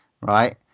right